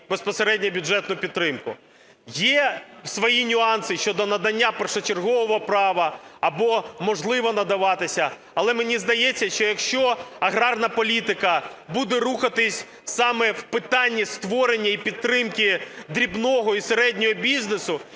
безпосередньо, бюджетну підтримку. Є свої нюанси щодо надання першочергового права або можливо надаватися. Але мені здається, що, якщо аграрна політика буде рухатись саме в питанні створення і підтримки дрібного, і середнього бізнесу